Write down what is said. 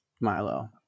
Milo